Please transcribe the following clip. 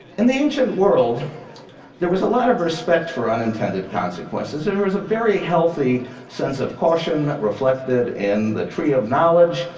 in the ancient world there was a lot of respect for unintended consequences, and there was a very healthy sense of caution, reflected in the tree of knowledge,